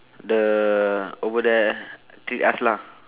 the over there treat us lah